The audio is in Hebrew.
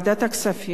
את יושב-ראש הוועדה,